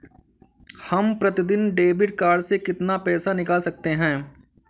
हम प्रतिदिन debit card से कितना पैसा निकाल सकते हैं?